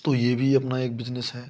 तो ये भी अपना एक बिजनेस है